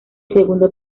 segundo